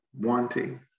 wanting